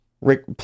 Rick